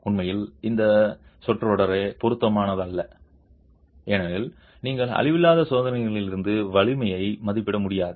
உண்மையில் அந்த சொற்றொடரே பொருத்தமானதல்ல ஏனெனில் நீங்கள் அழிவில்லாத சோதனையிலிருந்து வலிமையை மதிப்பிட முடியாது